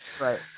right